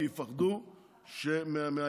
כי יפחדו מהאיומים